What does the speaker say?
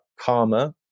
karma